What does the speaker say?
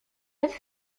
être